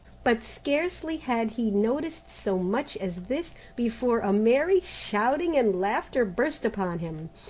but scarcely had he noticed so much as this before a merry shouting and laughter burst upon him,